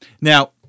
Now